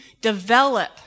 develop